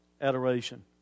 Adoration